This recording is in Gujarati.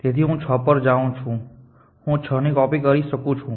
તેથી હું 6 પર જાઉં છું હું 6 ની કોપી કરી શકું છું